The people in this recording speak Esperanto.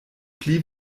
pli